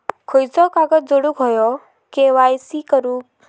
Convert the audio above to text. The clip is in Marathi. खयचो कागद जोडुक होयो के.वाय.सी करूक?